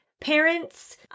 parents